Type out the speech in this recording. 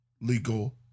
legal